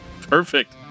Perfect